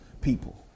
people